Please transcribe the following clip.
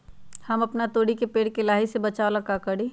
हम अपना तोरी के पेड़ के लाही से बचाव ला का करी?